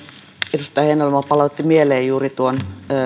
edustaja heinäluoma palautti mieleen juuri tuon